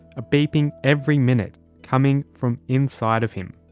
a beeping every minute coming from inside of him.